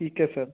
ਠੀਕ ਹੈ ਸਰ